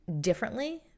differently